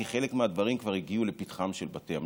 כי חלק מהדברים כבר הגיעו לפתחם של בתי המשפט.